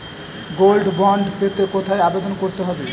Gold bond পেতে কোথায় আবেদন করতে হবে?